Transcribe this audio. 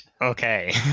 Okay